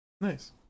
Nice